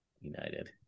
United